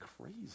crazy